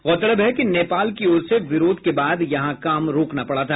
गौरतलब है कि नेपाल की ओर से विरोध के बाद यहां काम रोकना पड़ा था